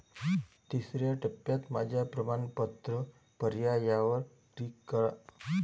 तिसर्या टप्प्यात माझ्या प्रमाणपत्र पर्यायावर क्लिक करा